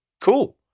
cool